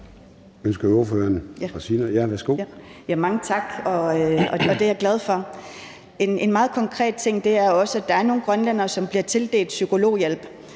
Mange tak – og det er jeg glad for. En meget konkret ting er også, at der er nogle grønlændere, som bliver tildelt psykologhjælp,